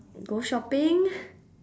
go shopping